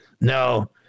No